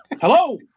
Hello